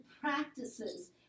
practices